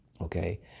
Okay